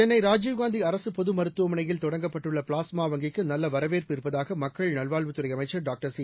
சென்னை ராஜீவ்காந்தி அரசு பொதுமருத்துவமனையில் தொடங்கப்பட்டுள்ள பிளாஸ்மா வங்கிக்கு நல்ல வரவேற்பு இருப்பதாக மக்கள் நல்வாழ்வுத்துறை அமைச்சர் டாக்டர் சி